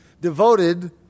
devoted